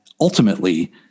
ultimately